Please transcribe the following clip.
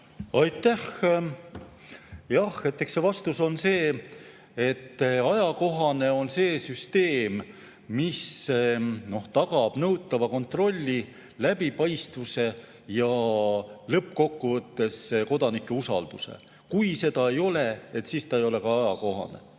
Aitäh! Jah, eks vastus ole see, et ajakohane on see süsteem, mis tagab nõutava kontrolli, läbipaistvuse ja lõppkokkuvõttes kodanike usalduse. Kui seda ei ole, siis see ei ole ka ajakohane.